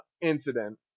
incident